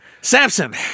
Samson